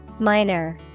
Minor